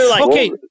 okay